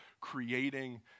creating